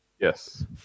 Yes